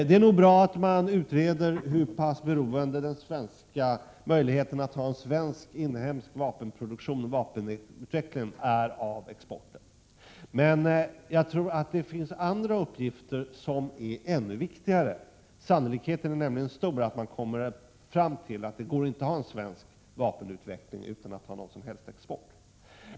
Det är nog bra att man utreder hur beroende våra möjligheter att ha en inhemsk vapenproduktion och vapenutveckling är av att vi har en vapenexport, men jag tror att det finns andra uppgifter som är ännu viktigare. Sannolikheten för att vi kommer fram till att man inte kan ha en svensk vapenutveckling utan att ha en svensk vapenexport är nämligen stor.